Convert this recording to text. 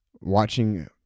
watching